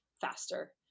faster